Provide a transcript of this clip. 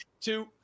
two